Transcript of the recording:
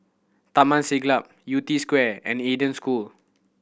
Taman Siglap Yew Tee Square and Eden School